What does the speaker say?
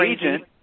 agent